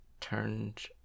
turned